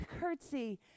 curtsy